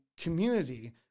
community